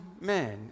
men